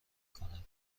کند